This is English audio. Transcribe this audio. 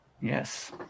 yes